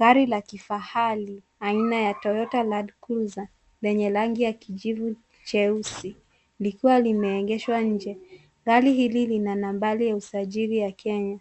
Gari la kifahari, aina ya Toyota Land Cruiser, lenye rangi ya kijivu cheusi, likiwa limeengeshwa nje. Gari hili na nambari ya usajili ya Kenya,